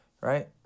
Right